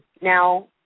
Now